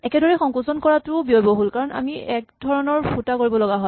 একেদৰেই সংকোচন কৰাটোও ব্যয়বহুল কাৰণ আমি এক ধৰণৰ ফুটা কৰিবলগা হয়